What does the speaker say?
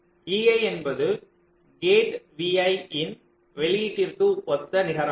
ei என்பது gate vi இன் வெளியீட்டிற்கு ஒத்த நிகரமாகும்